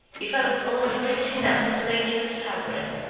if i was only rich enough to make it a sovereign,